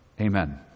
Amen